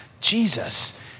Jesus